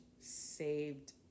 saved